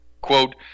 quote